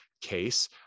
case